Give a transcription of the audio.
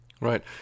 Right